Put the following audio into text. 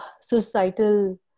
societal